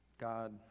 God